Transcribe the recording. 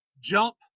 jump